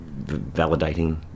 validating